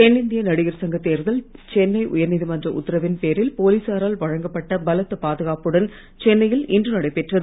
தென்னிந்திய நடிகர் சங்க தேர்தல் சென்னை உயர்நீதிமன்ற உத்தரவின் பேரில் போலீசாரால் வழங்கப்பட்ட பலத்த பாதுகாப்புடன் சென்னையில் இன்று நடைபெற்றது